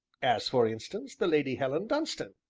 as, for instance, the lady helen dunstan?